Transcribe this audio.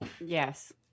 Yes